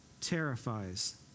terrifies